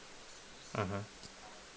mmhmm